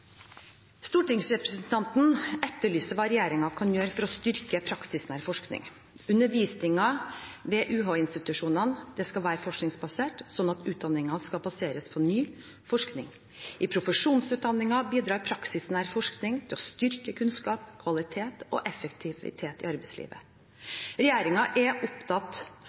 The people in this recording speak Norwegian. Stortingsrepresentanten etterlyser hva regjeringen kan gjøre for å styrke praksisnær forskning. Undervisningen ved UH-institusjonene skal være forskningsbasert, slik at utdanningene skal baseres på ny forskning. I profesjonsutdanningene bidrar praksisnær forskning til å styrke kunnskap, kvalitet og effektivitet i arbeidslivet. Regjeringen er opptatt